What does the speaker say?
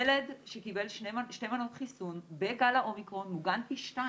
ילד שקיבל שתי מנות חיסון בגל האומיקרון מוגן פי 2